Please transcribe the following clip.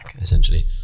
essentially